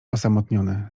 osamotnione